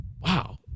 Wow